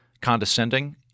condescending